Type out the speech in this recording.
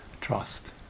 trust